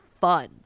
fun